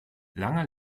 langer